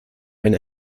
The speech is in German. einen